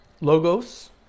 logos